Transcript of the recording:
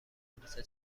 مدرسه